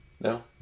No